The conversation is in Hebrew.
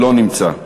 לא נמצא.